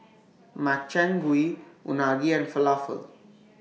Makchang Gui Unagi and Falafel